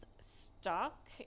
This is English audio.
stock